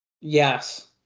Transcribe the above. Yes